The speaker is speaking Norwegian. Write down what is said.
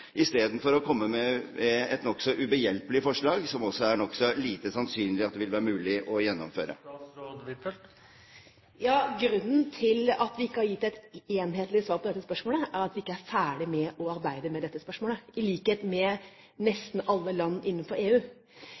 istedenfor å komme med et nokså ubehjelpelig forslag som det er lite sannsynlig at det vil være mulig å gjennomføre? Grunnen til at vi ikke har gitt et enhetlig svar på dette spørsmålet, er at vi ikke er ferdig med å arbeide med det, i likhet med nesten alle land innenfor EU.